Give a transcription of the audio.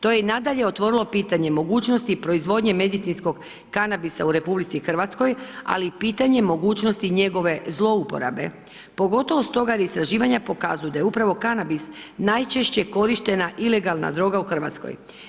To je i nadalje otvorilo pitanje mogućnosti proizvodnje medicinskog kanabisa u RH ali i pitanje mogućosti njegove zlouporabe, pogotovo stoga jer istraživanja pokazuju da je upravo kanabis najčešće korištena ilegalna droga u Hrvatskoj.